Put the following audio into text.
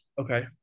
Okay